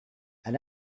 and